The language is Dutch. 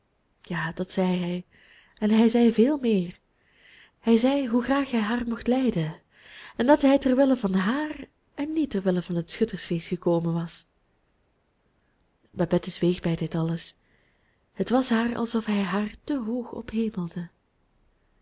ja dat zei hij en hij zei veel meer hij zei hoe graag hij haar mocht lijden en dat hij ter wille van haar en niet ter wille van het schuttersfeest gekomen was babette zweeg bij dit alles het was haar alsof hij haar te hoog